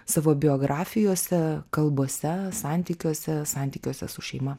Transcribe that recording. savo biografijose kalbose santykiuose santykiuose su šeima